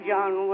John